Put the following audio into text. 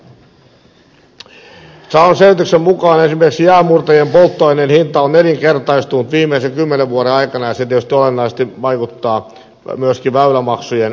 saadun selvityksen mukaan esimerkiksi jäänmurtajien polttoaineen hinta on nelinkertaistunut viimeisen kymmenen vuoden aikana ja se tietysti olennaisesti vaikuttaa myöskin väylämaksujen hintaan